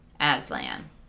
Aslan